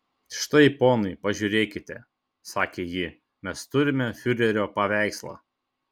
štai ponai pažiūrėkite sakė ji mes turime fiurerio paveikslą